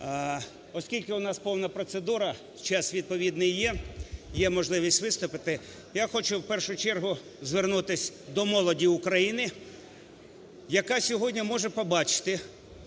Оскільки у нас повна процедура, час відповідний є,є можливість виступити, я хочу в першу чергу звернутися до молоді України, яка сьогодні може побачити: